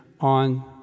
on